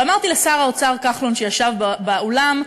ואמרתי לשר האוצר כחלון שישב באולם,